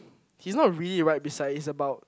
he's not really right beside is about